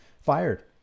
fired